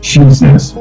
Jesus